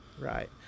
Right